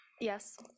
Yes